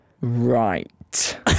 right